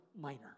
Minor